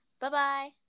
Bye-bye